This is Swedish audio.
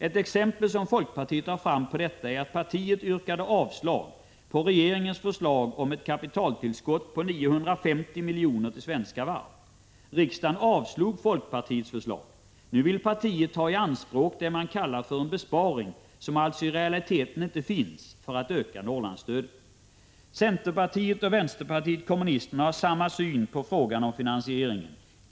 Ett exempel på detta som folkpartiet tar fram är att partiet har yrkat avslag på regeringens förslag om ett kapitaltillskott på 950 milj.kr. till Svenska Varv. Riksdagen avslog folkpartiets förslag. Nu vill partiet ta i anspråk det man kallar för en besparing, som alltså i realiteten inte finns, för att öka Norrlandsstödet. Centerpartiet och vänsterpartiet kommunisterna har samma syn på frågan om finansieringen.